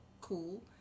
cool